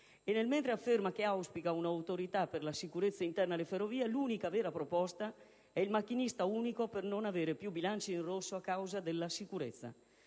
E nel mentre afferma che auspica un'autorità per la sicurezza interna alle ferrovie, l'unica vera proposta è il macchinista unico per non avere più bilanci in rosso a causa della sicurezza.